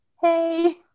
hey